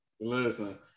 Listen